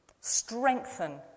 Strengthen